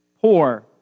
poor